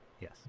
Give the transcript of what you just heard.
Yes